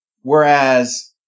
Whereas